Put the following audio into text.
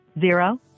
zero